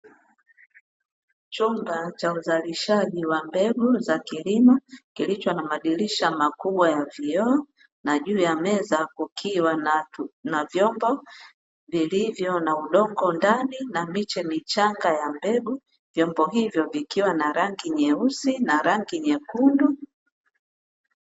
Chumba cha uzalishaji wa mbegu za kilimo kilicho na madirisha makubwa ya vioo na juu ya meza kukiwa na vyombo vilivyo na udongo ndani miche michanga ya mbegu . Vyombo hivyo vikiwa na rangi nyeusi na rangi nyekundu.